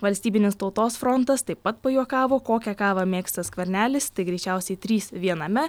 valstybinis tautos frontas taip pat pajuokavo kokią kavą mėgsta skvernelis tai greičiausiai trys viename